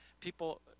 people